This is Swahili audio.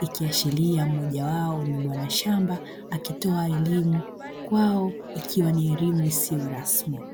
ikiashiria mmoja wao ni bwana shamba akitoa elimu kwao ikiwa ni elimu isiyo rasmi.